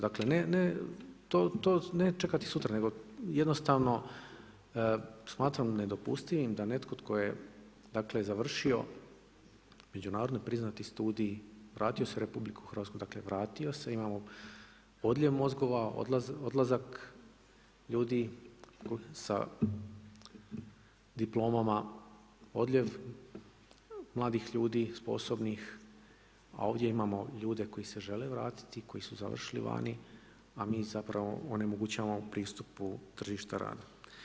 Dakle, to ne čekati sutra, nego jednostavno smatram nedopustivim da netko tko je, dakle završio međunarodni priznati studij, vratio se u RH, dakle vratio se, imamo odljev mozgova, odlazak ljudi sa diplomama, odljev mladih ljudi, sposobnih a ovdje imamo ljude koji se žele vratiti, koji su završili vani, a mi im zapravo onemogućavamo pristup tržištu rada.